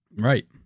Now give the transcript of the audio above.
Right